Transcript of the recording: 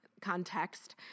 context